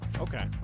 Okay